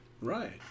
Right